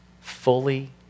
Fully